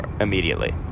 immediately